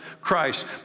christ